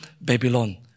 Babylon